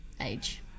age